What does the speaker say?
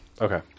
Okay